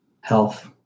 health